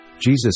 Jesus